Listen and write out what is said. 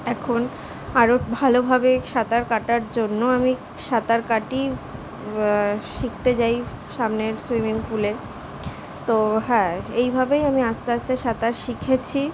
এখন আরো ভালোভাবে সাঁতার কাটার জন্য আমি সাঁতার কাটি শিখতে যাই সামনের সুইমিং পুলে তো হ্যাঁ এইভাবেই আমি আস্তে আস্তে সাঁতার শিখেছি